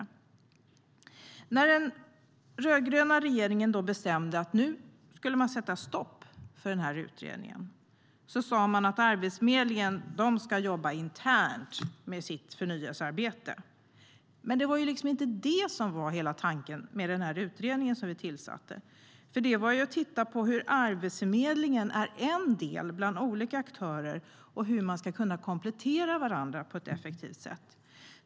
När den rödgröna regeringen bestämde sig för att sätta stopp för utredningen sa man att Arbetsförmedlingen ska jobba internt med sitt förnyelsearbete. Men det var ju liksom inte det som var hela tanken med den utredning vi tillsatte, utan det var att titta på hur Arbetsförmedlingen är en del bland olika aktörer och hur man ska kunna komplettera varandra på ett effektivt sätt.